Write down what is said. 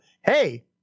hey